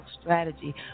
strategy